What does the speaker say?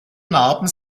narben